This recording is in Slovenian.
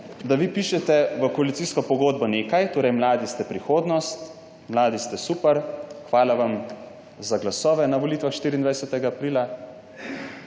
da vi pišete v koalicijsko pogodbo mladi ste prihodnost, mladi ste super, hvala vam za glasove na volitvah 24. aprila,